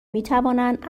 میتوانند